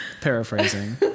paraphrasing